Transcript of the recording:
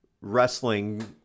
wrestling